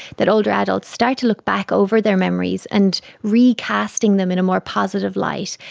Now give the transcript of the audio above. that older adults start to look back over their memories and recasting them in a more positive light,